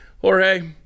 Jorge